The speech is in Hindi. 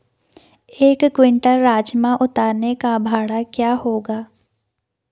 एक क्विंटल राजमा उतारने का भाड़ा क्या होगा?